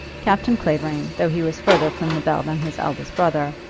captain clavering, though he was further from the bell than his elder brother,